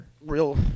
real